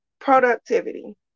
productivity